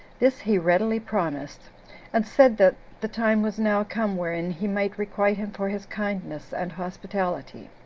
this he readily promised and said that the time was now come wherein he might requite him for his kindness and hospitality.